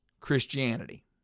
Christianity